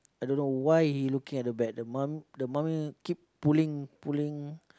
I don't know why he looking at the back the mom the mom keep pulling pulling